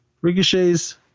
Ricochet's